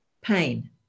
pain